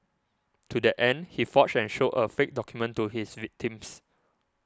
to that end he forged and showed a fake document to his victims